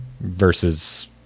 versus